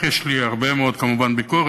יש לי כמובן הרבה מאוד ביקורת,